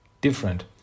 different